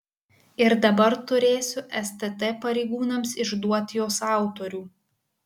ir dabar turėsiu stt pareigūnams išduoti jos autorių